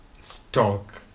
Stock